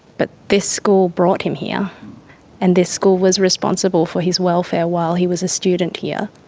but this school brought him here and this school was responsible for his welfare while he was a student here.